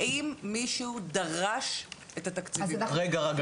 האם מישהו דרש את התקציבים האלו?